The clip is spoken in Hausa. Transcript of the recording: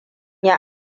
yi